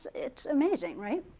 it's amazing, right?